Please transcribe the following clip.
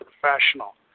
professional